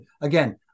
again